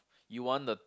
you want the